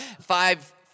five